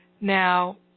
Now